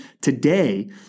today